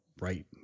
right